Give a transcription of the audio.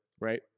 right